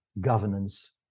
governance